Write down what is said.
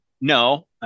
No